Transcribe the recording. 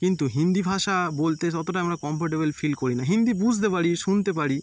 কিন্তু হিন্দি ভাষা বলতে ততটা আমরা কম্ফোর্টেবেল ফিল করি না হিন্দি বুঝতে পারি শুনতে পারি